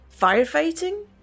firefighting